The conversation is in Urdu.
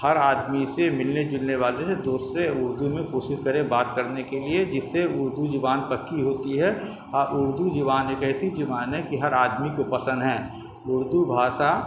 ہر آدمی سے ملنے جلنے والے سے دوست سے اردو میں کوشش کرے بات کرنے کے لیے جس سے اردو زبان پکی ہوتی ہے اور اردو زبان ایک ایسی زبان ہے کہ ہر آدمی کو پسند ہے اردو بھاشا